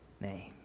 name